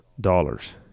dollars